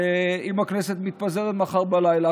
ואם הכנסת מתפזרת מחר בלילה,